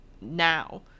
now